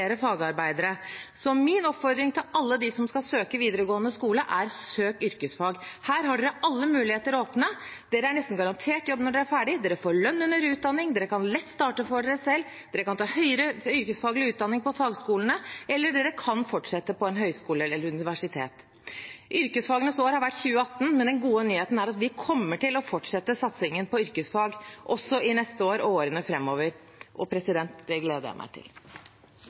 fagarbeidere. Så min oppfordring til alle dem som skal søke på videregående skole, er: Søk yrkesfag! Der har dere alle muligheter åpne, dere er nesten garantert jobb når dere er ferdig, dere får lønn under utdanning, dere kan lett starte for seg selv, dere kan ta høyere yrkesfaglig utdanning på fagskolene, og dere kan fortsette på en høyskole eller et universitet. 2018 har vært yrkesfagenes år, men den gode nyheten er at vi kommer til å fortsette satsingen på yrkesfag også neste år og i årene framover. Det gleder jeg meg til.